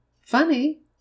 Funny